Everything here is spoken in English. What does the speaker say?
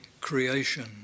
creation